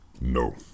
no